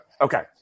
Okay